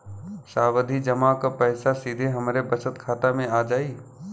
सावधि जमा क पैसा सीधे हमरे बचत खाता मे आ जाई?